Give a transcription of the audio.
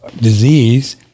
disease